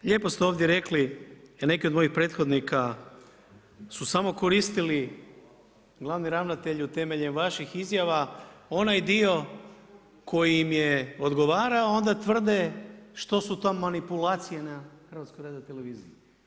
Lijepo ste ovdje rekli, a neki od mojih prethodnika su samo koristili glavni ravnatelju temeljem vaših izjava onaj dio koji im je odgovarao, a onda tvrde što su to manipulacije na Hrvatskoj radioteleviziji.